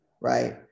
right